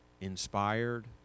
inspired